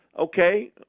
Okay